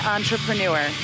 Entrepreneur